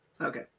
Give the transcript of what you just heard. Okay